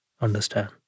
understand